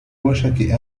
وشك